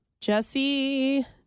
Jesse